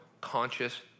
conscious